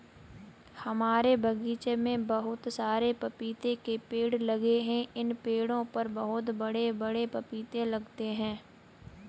हमारे बगीचे में बहुत सारे पपीते के पेड़ लगे हैं इन पेड़ों पर बहुत बड़े बड़े पपीते लगते हैं